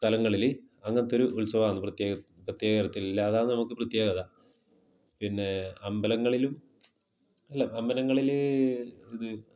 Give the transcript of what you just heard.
സ്ഥലങ്ങളിൽ അങ്ങനത്തെ ഒരു ഉത്സവാന്ന് പ്രത്യേക പ്രത്യേകതരത്തിൽ അതാന്ന് നമുക്ക് പ്രത്യേകത പിന്നെ അമ്പലങ്ങളിലും അല്ല അമ്പലങ്ങളിൽ ഇത്